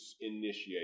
initiate